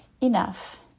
enough